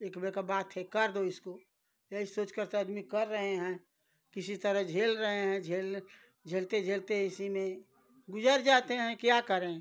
एक रुपये का बात है कर दो इसको यही सोचकर तो आदमी कर रहे हैं किसी तरह झेल रहे हैं झेल झेलते झेलते इसी में गुजर जाते हैं क्या करें